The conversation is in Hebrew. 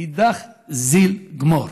ואידך זיל גמור.